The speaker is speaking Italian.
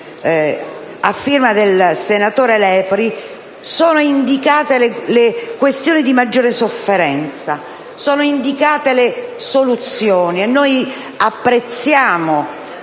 firmatario il senatore Lepri, sono indicate le questioni di maggiore sofferenza ed anche le soluzioni. Noi apprezziamo